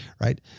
right